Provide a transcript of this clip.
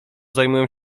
zajmują